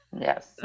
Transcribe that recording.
Yes